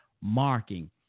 marking